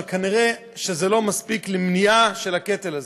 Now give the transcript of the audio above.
אבל כנראה זה לא מספיק למניעה של הקטל הזה,